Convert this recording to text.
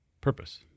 purpose